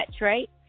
Right